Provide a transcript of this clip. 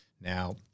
Now